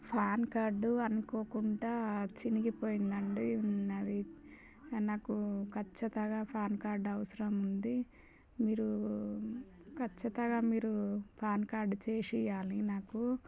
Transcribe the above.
pan card అనుకోకుండా చిరిగిపోయింది అండి నాది నాకు ఖచ్చితంగా ప్యాన్ కార్డు అవసరం ఉంది మీరు ఖచ్చితంగా మీరు ప్యాన్ కార్డు చేసివ్వాలి నాకు